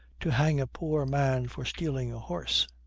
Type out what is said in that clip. to hang a poor man for stealing a horse.